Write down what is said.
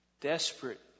Desperate